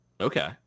Okay